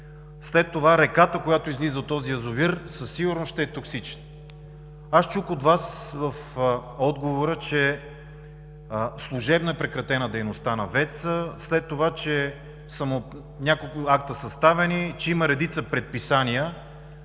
след това реката, която излиза от този язовир, със сигурност ще е токсична. Аз чух от Вас в отговора, че служебно е прекратена дейността на ВЕЦ-а, след това, че са му съставени няколко акта, че има редица предписания.